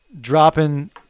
dropping